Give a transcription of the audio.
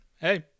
hey